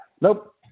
Nope